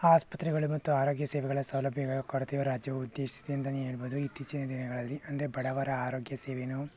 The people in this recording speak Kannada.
ಆಸ್ಪತ್ರೆಗಳು ಮತ್ತು ಆರೋಗ್ಯ ಸೇವೆಗಳ ಸೌಲಭ್ಯಗಳ ಕೊರತೆಯು ರಾಜ್ಯವು ಉದ್ದೇಶಿಸಿ ಅಂತಲೇ ಹೇಳ್ಬೋದು ಇತ್ತೀಚಿನ ದಿನಗಳಲ್ಲಿ ಅಂದರೆ ಬಡವರ ಆರೋಗ್ಯ ಸೇವೆಯೂ